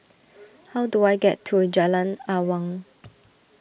how do I get to Jalan Awang